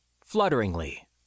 flutteringly